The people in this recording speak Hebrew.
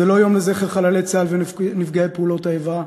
זה לא יום לזכר חללי צה"ל ונפגעי פעולות האיבה,